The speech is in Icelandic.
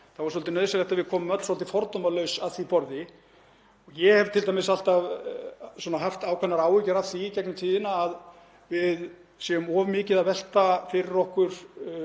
tíma þá er nauðsynlegt að við komum öll svolítið fordómalaus að því borði. Ég hef t.d. alltaf haft ákveðnar áhyggjur af því í gegnum tíðina að við séum of mikið að velta fyrir okkur